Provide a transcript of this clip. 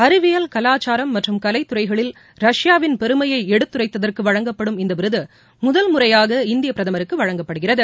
அறிவியல் கலாச்சாரம் மற்றும் கலைத்துறைகளில் ரஷ்யாவின் பெருமையை எடுத்துரைத்ததற்கு வழங்கப்படும் இந்த விருது முதல் முறையாக இந்திய பிரதமருக்கு வழங்கப்படுகிறது